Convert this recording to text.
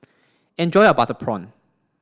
enjoy your butter prawn